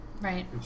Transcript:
Right